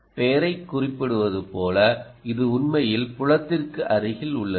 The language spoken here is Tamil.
பெயரை குறிப்பிடுவது போல இது உண்மையில் புலத்திற்கு அருகில் உள்ளது